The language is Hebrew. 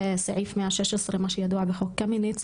וסעיף 116 שידוע בתור "חוק קמיניץ",